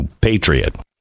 Patriot